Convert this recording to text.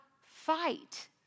fight